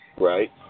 Right